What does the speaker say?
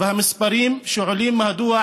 והמספרים שעולים מהדוח